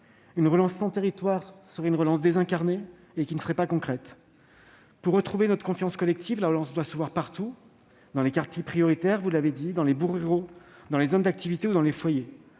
Sans les territoires, elle serait désincarnée ; elle ne serait pas concrète. Pour retrouver notre confiance collective, la relance doit se voir partout, dans les quartiers prioritaires, dans les bourgs ruraux, dans les zones d'activités ou dans les foyers.